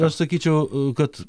aš sakyčiau kad